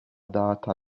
data